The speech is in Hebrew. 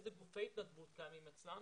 איזה גופי התנדבות קיימים אצלם